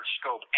scope